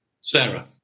Sarah